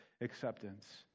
acceptance